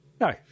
No